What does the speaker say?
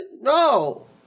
No